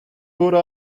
wurde